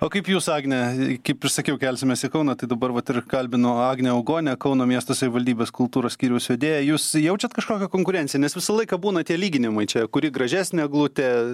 o kaip jūs agne kaip ir sakiau kelsimės į kauną tai dabar vat ir kalbinu agnė augonę kauno miesto savivaldybės kultūros skyriaus vedėją jūs jaučiat kažkokią konkurenciją nes visą laiką būna tie lyginimai čia kuri gražesnė eglutė